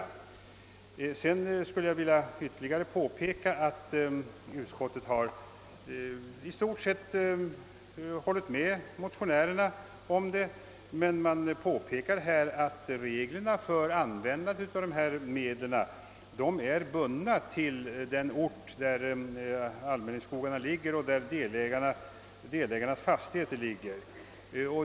Jag skulle dessutom vilja påpeka att utskottet i stort sett har hållit med motionärerna, men vi framhåller att användningen av behållen avkastning enligt reglerna är bunden till den ort där allmänningsskogarna och delägarnas fastigheter ligger.